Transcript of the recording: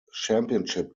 championship